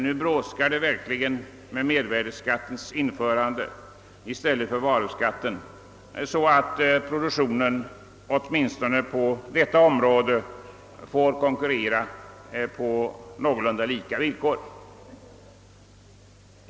Nu brådskar det verkligen med införande av mervärdeskatten i stället för varuskatten, så att produktionen åtminstone på detta område får konkurrera på någorlunda lika villkor.